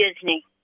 Disney